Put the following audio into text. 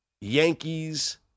Yankees